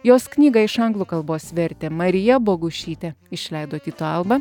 jos knygą iš anglų kalbos vertė marija bogušytė išleido tyto alba